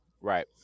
Right